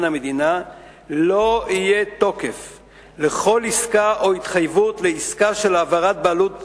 המדינה לא יהיה תוקף לכל עסקה או התחייבות לעסקה של העברת בעלות בהם.